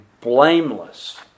blameless